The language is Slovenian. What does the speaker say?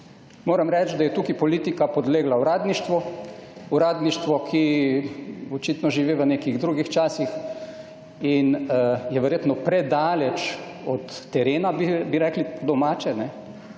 Moram reči, da je tukaj politika podlegla uradništvu, uradništvo, ki očitno živi v nekih drugih časih je verjetno predaleč od terena, bi rekli domače,